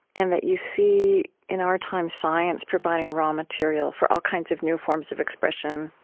and that you see, in our time, science providing raw material for all kinds of new forms of expression,